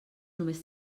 només